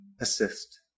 assist